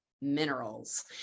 minerals